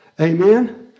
Amen